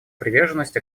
приверженность